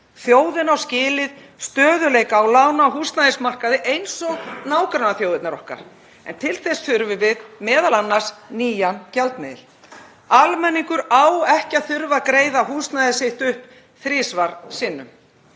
Þjóðin á skilið stöðugleika á lána- og húsnæðismarkaði eins og nágrannaþjóðir okkar, en til þess þurfum við m.a. nýjan gjaldmiðil. Almenningur á ekki að þurfa að greiða húsnæði sitt upp þrisvar sinnum.